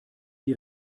die